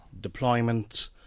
deployment